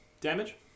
damage